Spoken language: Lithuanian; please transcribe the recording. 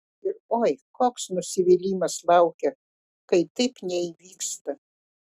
ir oi koks nusivylimas laukia kai taip neįvyksta